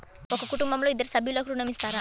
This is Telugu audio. ఒక కుటుంబంలో ఇద్దరు సభ్యులకు ఋణం ఇస్తారా?